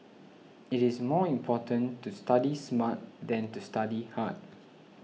it is more important to study smart than to study hard